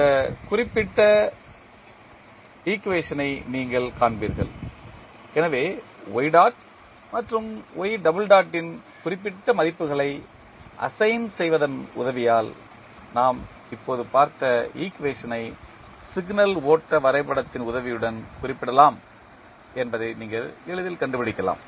இந்த குறிப்பிட்ட ஈக்குவேஷன் ஐ நீங்கள் காண்பீர்கள் எனவே y மற்றும் y இன் குறிப்பிட்ட மதிப்புகளை அஸ்ஸைன் செய்வதன் உதவியால் நாம் இப்போது பார்த்த ஈக்குவேஷன் ஐ சிக்னல் ஓட்ட வரைபடத்தின் உதவியுடன் குறிப்பிடலாம் என்பதை நீங்கள் எளிதில் கண்டுபிடிக்கலாம்